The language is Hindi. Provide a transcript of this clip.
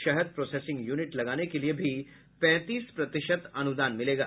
शहद प्रोसेसिंग यूनिट लगाने के लिए भी पैंतीस प्रतिशत अनुदान मिलेगा